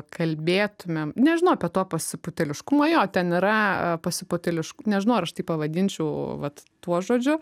kalbėtumėm nežinau apie to pasipūtėliškumo jo ten yra pasipūtėliškų nežinau ar aš tai pavadinčiau vat tuo žodžiu